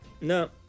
No